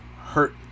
hurt